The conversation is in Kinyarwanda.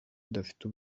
adafite